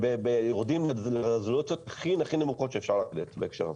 ויורדים לרזולוציות הכי הכי נמוכות שאפשר לרדת בהקשר הזה.